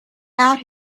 out